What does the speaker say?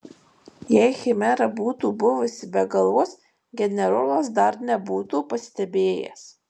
jei chimera būtų buvusi be galvos generolas dar nebūtų pastebėjęs